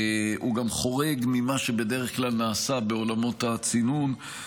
הוא גם חורג ממה שבדרך כלל נעשה בעולמות הצינון.